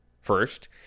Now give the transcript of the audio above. First